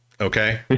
okay